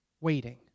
waiting